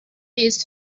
ist